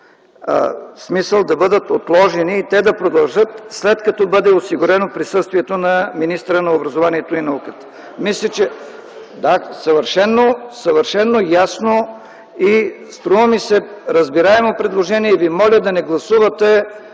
смисъл да бъдат отложени и те да продължат след като бъде осигурено присъствието на министъра на образованието и науката. Съвършено ясно и, струва ми се, разбираемо предложение и ви моля да не гласувате